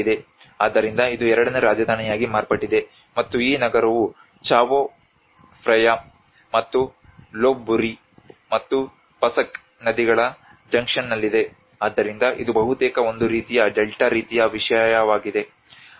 ಆದ್ದರಿಂದ ಇದು ಎರಡನೇ ರಾಜಧಾನಿಯಾಗಿ ಮಾರ್ಪಟ್ಟಿದೆ ಮತ್ತು ಈ ನಗರವು ಚಾವೊ ಫ್ರೇಯಾ ಮತ್ತು ಲೋಪ್ಬುರಿ ಮತ್ತು ಪಸಕ್ ನದಿಗಳ ಜಂಕ್ಷನ್ನಲ್ಲಿದೆ ಆದ್ದರಿಂದ ಇದು ಬಹುತೇಕ ಒಂದು ರೀತಿಯ ಡೆಲ್ಟಾ ರೀತಿಯ ವಿಷಯವಾಗಿದೆ